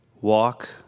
walk